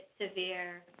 severe